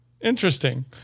interesting